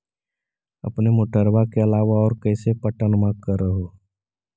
अपने मोटरबा के अलाबा और कैसे पट्टनमा कर हू?